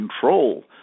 control